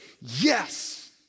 yes